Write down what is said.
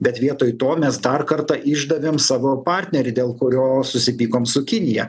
bet vietoj to mes dar kartą išdavėm savo partnerį dėl kurio susipykom su kinija